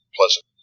pleasant